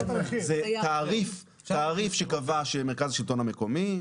זה תעריף שקבע שמרכז השלטון המקומי.